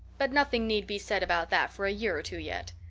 but nothing need be said about that for a year or two yet.